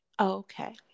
Okay